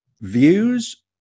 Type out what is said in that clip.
views